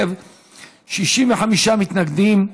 בר-לב: 65 מתנגדים,